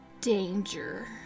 danger